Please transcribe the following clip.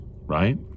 right